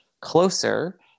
closer